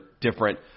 different